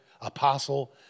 apostle